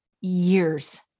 years